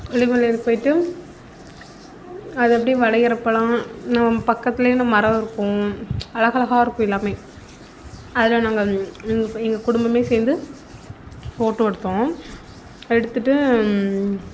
கொல்லிமலையில் போய்விட்டு அது அப்படியே வளைகிறப்பலாம் நம்ம பக்கத்திலே இந்த மரம் இருக்கும் அலகழகா இருக்கும் எல்லாமே அதில் நாங்கள் எங்கள் ஃபே குடும்பமே சேர்ந்து ஃபோட்டோ எடுத்தோம் எடுத்துவிட்டு